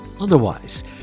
Otherwise